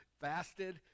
fasted